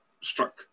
struck